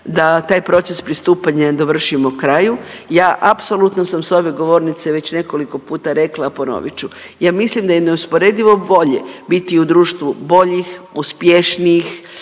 da taj proces pristupanja dovršimo kraju. Ja apsolutno sam s ove govornice već nekoliko puta rekla, a ponovit ću. Ja mislim da je neusporedivo bolje biti u društvu boljih, uspješnijih,